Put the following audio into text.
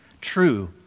true